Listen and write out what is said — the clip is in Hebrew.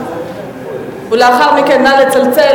לאחר מכן, נא לצלצל.